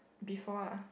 before lah